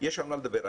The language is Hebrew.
יש על מה לדבר.